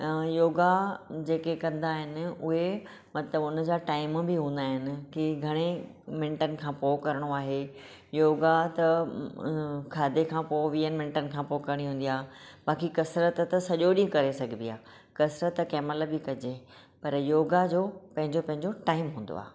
योगा जेके कंदा आहिनि उहे मतिलबु हुनजा टाइम बि हूंदा आहिनि की घणे मिंटनि खां पोइ करिणो आहे योगा त खाधे खां पोइ वीह मिंटनि खां पोइ करणी हूंदी आहे बाक़ी कसरत त सॼो ॾींहुं करे सघिबी आहे कसरत कंहिं महिल बि कजे पर योगा जो पंहिंजो पंहिंजो टाइम हूंदो आहे